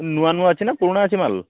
ନୂଆ ନୂଆ ଅଛି ନା ପୁରୁଣା ଅଛି ମାଲ୍